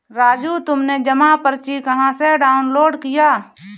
राजू तुमने जमा पर्ची कहां से डाउनलोड किया?